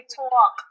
talk